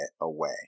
away